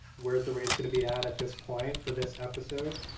where's the race gonna be at, at this point, for this episode?